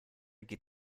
geht